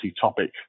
topic